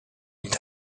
est